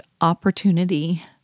opportunity